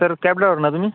sir cab driver ना तुम्ही